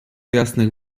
jasnych